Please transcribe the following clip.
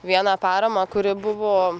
vieną paramą kuri buvo